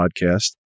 podcast